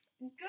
good